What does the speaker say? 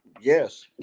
yes